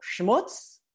schmutz